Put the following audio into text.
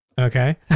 okay